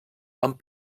amb